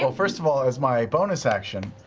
so first of all, as my bonus action,